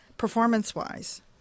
Performance-wise